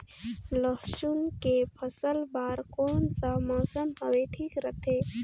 लसुन के फसल बार कोन सा मौसम हवे ठीक रथे?